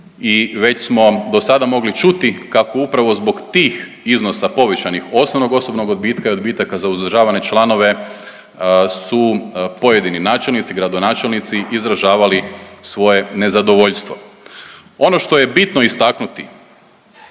i već smo do sada mogli ćuti kako upravo zbog tih iznosa povećanih osnovnog osobnog odbitka, odbitaka za uzdržavane članove su pojedini načelnici, gradonačelnici izražavali svoje nezadovoljstvo. Ono što je bitno istaknuti